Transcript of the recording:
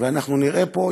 ואנחנו נראה פה,